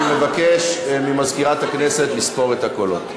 אני מבקש ממזכירת הכנסת לספור את הקולות.